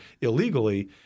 illegally